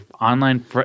online